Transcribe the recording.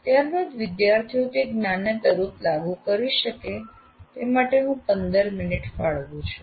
ત્યાર બાદ વિદ્યાર્થીઓ તે જ્ઞાનને તરત લાગુ કરી શકે તે માટે હું ૧૫ મિનિટ ફાળવું છું